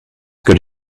good